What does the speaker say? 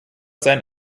sein